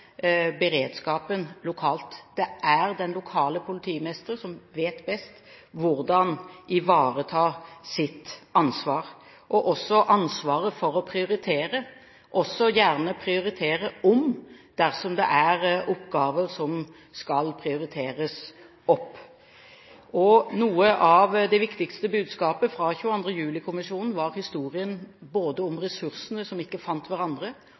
beredskapen lokalt. Det er den lokale politimesteren som vet best hvordan ivareta sitt ansvar og også ansvaret for å prioritere, og gjerne prioritere om dersom det er oppgaver som skal prioriteres opp. Noe av det viktigste budskapet fra 22. juli-kommisjonen var historien om ressursene som ikke fant hverandre,